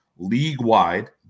League-wide